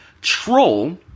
troll